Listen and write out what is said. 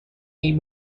این